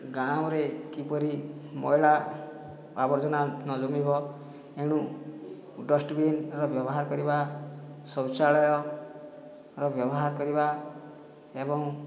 ଗାଁରେ କିପରି ମଇଳା ଆବର୍ଜନା ନ ଜମିବ ଏଣୁ ଡଷ୍ଟବିନର ବ୍ୟବହାର କରିବା ଶୌଚାଳୟର ବ୍ୟବହାର କରିବା ଏବଂ